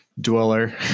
dweller